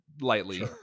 lightly